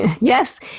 Yes